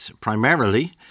primarily